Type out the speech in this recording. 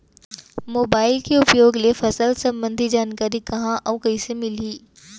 Mobile के उपयोग ले फसल सम्बन्धी जानकारी कहाँ अऊ कइसे मिलही?